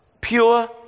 Pure